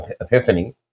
epiphany